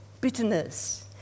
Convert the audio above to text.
bitterness